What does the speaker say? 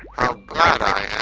how glad i